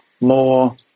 more